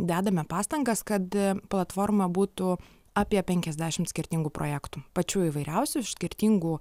dedame pastangas kad platforma būtų apie penkiasdešimt skirtingų projektų pačių įvairiausių iš skirtingų